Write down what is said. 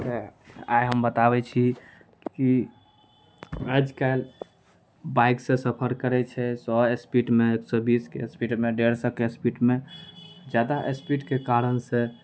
आइ हम बताबै छी की आइकाल्हि बाइक सऽ सफर करै छै सए स्पीडमे एक सए बीसके स्पीडमे डेढ़ सए कए स्पीडमे जादा स्पीडके कारण सऽ